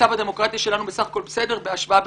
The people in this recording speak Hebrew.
מצב הדמוקרטיה שלנו בסך-הכול בסדר בהשוואה בין-לאומית.